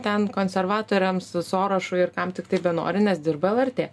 ten konservatoriams su sorošu ir kam tiktai benori nes dirbu lrt